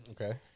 Okay